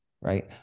right